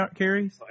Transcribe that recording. carries